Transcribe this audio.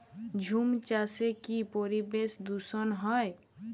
ঝুম চাষে কি পরিবেশ দূষন হয়?